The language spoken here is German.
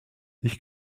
ich